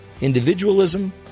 individualism